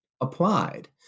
applied